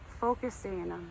focusing